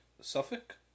Suffolk